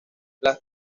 las